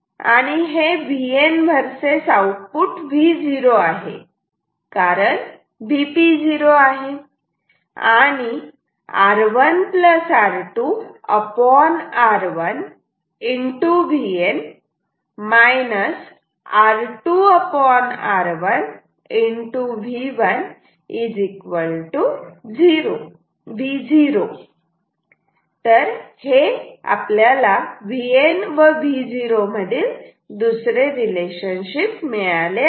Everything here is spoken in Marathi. तर हे Vn वर्सेस आउटपुट V0 आहे कारण Vp 0 आहे आणि R1R2R1 VN R2R1 V1 V0 हे Vn व Vo मधील दुसरे रिलेशनशिप आहे